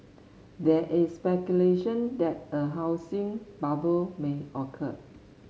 there is speculation that a housing bubble may occur